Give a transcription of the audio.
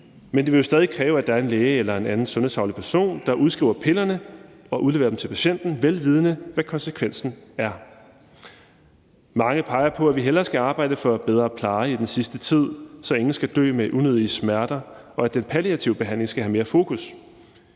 Men det vil jo stadig kræve, at der er en læge eller en anden sundhedsfaglig person, der udskriver pillerne og udleverer dem til patienten, vel vidende hvad konsekvensen er. Mange peger på, at vi hellere skal arbejde for bedre pleje i den sidste tid, så ingen skal dø med unødige smerter, og at den palliative behandling skal have mere fokus.